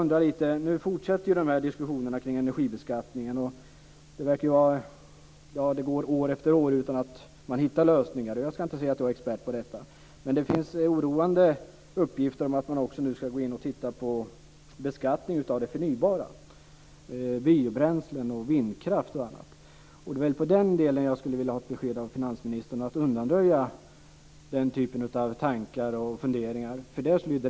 Nu fortsätter ju diskussionerna om energibeskattningen. År efter år går utan att man hittar lösningar. Jag ska inte säga att jag är expert på detta. Men det finns oroande uppgifter om att man nu också ska gå in och titta på beskattning av det förnybara - biobränslen, vindkraft och annat. Det är i den delen som jag skulle vilja ha ett besked från finansministern om han kan undanröja den typen av tankar och funderingar.